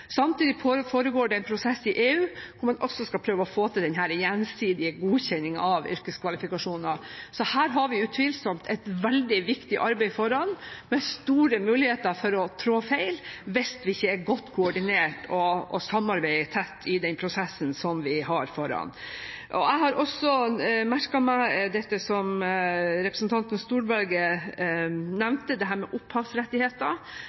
Samtidig foregår det en prosess i EU hvor man også skal prøve å få til gjensidig godkjenning av yrkeskvalifikasjoner. Så her har vi utvilsomt et veldig viktig arbeid foran oss, med store muligheter for å trå feil hvis vi ikke er godt koordinert og samarbeider tett i den prosessen som vi står foran. Jeg har også merket meg det representanten Storberget